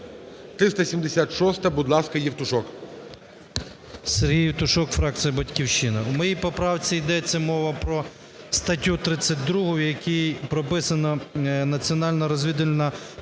11:07:47 ЄВТУШОК С.М. Сергій Євтушок, фракція "Батьківщина". У моїй поправці йдеться мова про статтю 32, в якій прописано: національно-розвідувальна